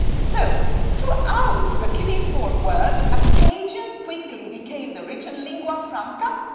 so throughout the cuneiform word, acadian quickly became the written lingua franca.